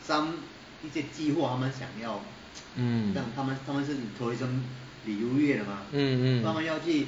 mm mm mm